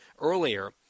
earlier